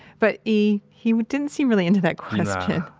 but e, he didn't seem really into that question nah.